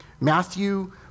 Matthew